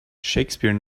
shakespeare